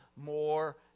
more